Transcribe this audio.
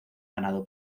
ganado